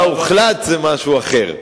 מה שהוחלט זה משהו אחר.